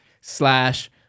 slash